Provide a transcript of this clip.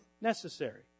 Necessary